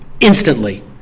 Instantly